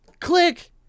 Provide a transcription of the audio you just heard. click